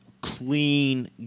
clean